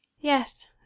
Yes